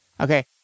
Okay